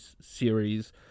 series